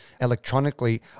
electronically